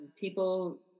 People